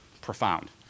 profound